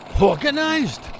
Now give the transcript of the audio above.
Organized